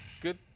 good